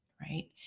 Right